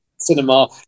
Cinema